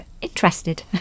interested